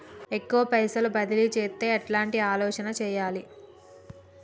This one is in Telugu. ఎక్కువ పైసలు బదిలీ చేత్తే ఎట్లాంటి ఆలోచన సేయాలి?